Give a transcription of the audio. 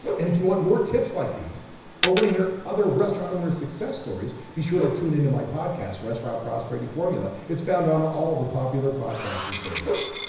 and if you want more tips like these or want to hear other restaurant owners success stories, be sure to tune into my podcast, restaurant prosperity formula. it's found on all the popular podcasting services.